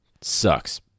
sucks